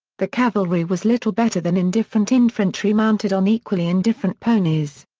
the cavalry was little better than indifferent infantry mounted on equally indifferent ponies.